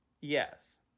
Yes